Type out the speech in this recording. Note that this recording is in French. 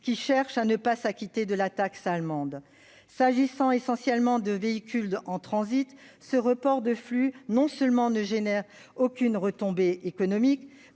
qui cherchent à ne pas s'acquitter de la taxe allemande. S'agissant essentiellement de véhicules en transit, ce report de flux, non seulement ne génère aucune retombée économique